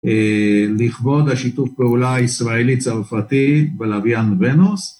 לכבוד השיתוף פעולה הישראלית-צרפתית בלוויין ונוס